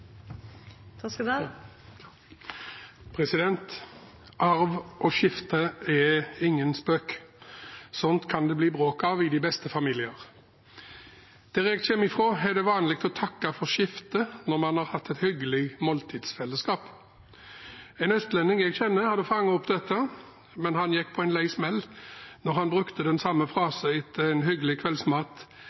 ingen spøk. Slikt kan det bli bråk av i de beste familier. Der jeg kommer fra, er det vanlig å takke for skiftet når man har hatt et hyggelig måltidsfellesskap. En østlending jeg kjenner, som hadde fanget opp dette, gikk på en lei smell da han brukte den samme frasen etter et hyggelig